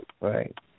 Right